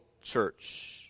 church